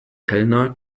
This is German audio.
kellner